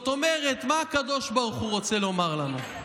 קורא הקדוש ברוך הוא לשטן ואומר לו: